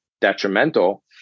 detrimental